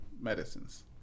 medicines